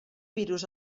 virus